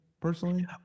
personally